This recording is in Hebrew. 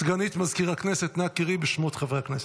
סגנית מזכיר הכנסת, אנא קראי בשמות חברי הכנסת.